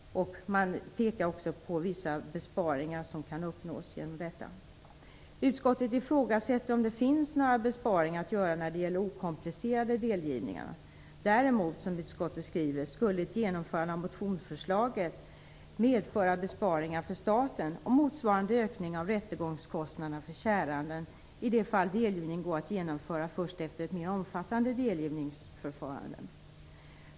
Man pekar också på vissa besparingar som kan uppnås genom detta. Utskottet ifrågasätter om det finns några besparingar att göra när det gäller de okomplicerade delgivningarna. Däremot, som utskottet skriver, skulle ett genomförande av motionsförslaget medföra besparingar för staten och motsvarande ökning av rättegångskostnaderna för käranden i de fall delgivning går att genomföra först efter ett mer omfattande delgivningsförfarande.